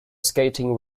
skating